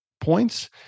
points